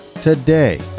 today